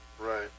right